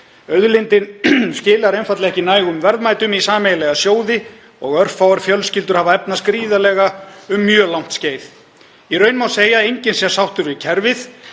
öll svo, skilar einfaldlega ekki nægum verðmætum í sameiginlega sjóði og örfáar fjölskyldur hafa efnast gríðarlega um mjög langt skeið. Í raun má segja að enginn sé sáttur við kerfið